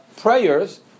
prayers